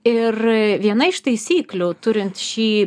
ir viena iš taisyklių turint šį